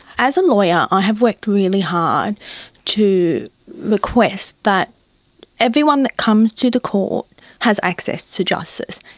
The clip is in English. as a lawyer i have worked really hard to request that everyone that comes to the court has access to justice,